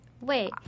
wait